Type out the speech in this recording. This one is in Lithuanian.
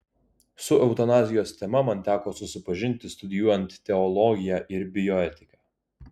su eutanazijos tema man teko susipažinti studijuojant teologiją ir bioetiką